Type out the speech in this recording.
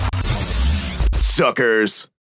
suckers